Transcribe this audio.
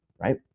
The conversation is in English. right